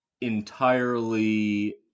entirely